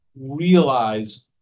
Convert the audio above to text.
realize